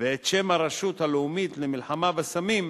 ואת שם הרשות הלאומית למלחמה בסמים